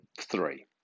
three